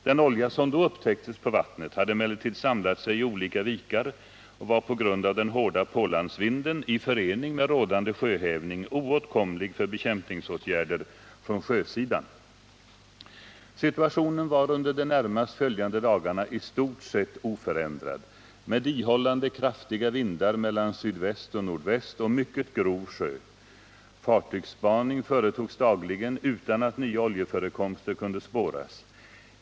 Den olja som då upptäcktes på vattnet hade emellertid samlat sig i olika vikar och var på grund av den hårda pålandsvinden i förening med rådande sjöhävning oåtkomlig för bekämpningsåtgärder från sjösidan. Situationen var under de närmast följande dagarna i stort sett oförändrad med ihållande kraftiga vindar mellan sydväst och nordväst och mycket grov sjö. Fartygsspaning företogs dagligen utan att nya oljeförekomster kunde spåras.